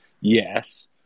yes